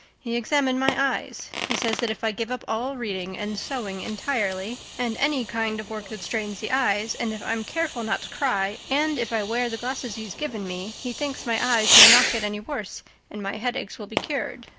he examined my eyes. he says that if i give up all reading and sewing entirely and any kind of work that strains the eyes, and if i'm careful not to cry, and if i wear the glasses he's given me he thinks my eyes may not get any worse and my headaches will be cured.